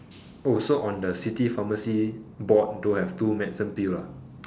oh so on the city pharmacy board don't have two medicine pill ah